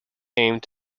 aimed